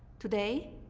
today,